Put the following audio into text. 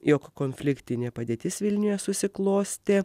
jog konfliktinė padėtis vilniuje susiklostė